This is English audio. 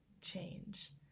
change